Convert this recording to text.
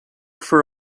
for